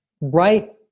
right